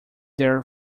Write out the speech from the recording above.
their